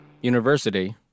University